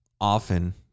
Often